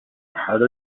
harder